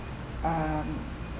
um